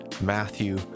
Matthew